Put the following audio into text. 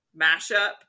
mashup